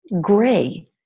gray